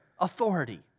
authority